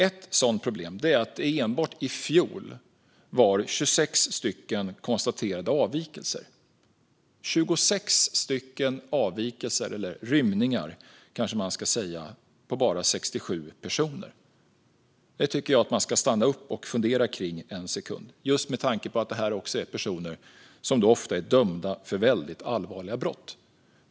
Ett sådant problem är att det enbart i fjol var 26 konstaterade avvikelser, rymningar, på bara 67 personer. Här tycker jag att vi ska stanna upp och fundera en sekund. Det här är personer som ofta är dömda för mycket allvarliga brott.